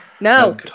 no